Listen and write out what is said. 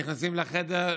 נכנסים לחדר,